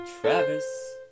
Travis